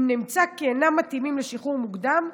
אם נמצא כי אינם מתאימים לשחרור מוקדם,